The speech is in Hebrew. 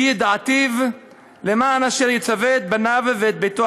"כי ידעתיו למען אשר יצוה את בניו ואת ביתו